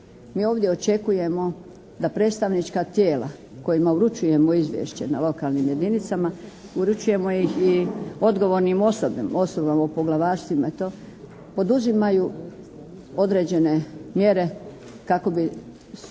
Mi ovdje očekujemo da predstavnička tijela kojima uručujemo izvješće na lokalnim jedinicama uručujemo ih i odgovornim osobama u poglavarstvima i to, poduzimaju određene mjere kako bi od svojih